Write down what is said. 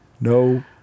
No